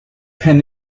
pen